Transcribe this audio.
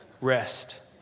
rest